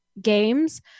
games